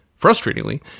Frustratingly